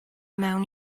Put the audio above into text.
mewn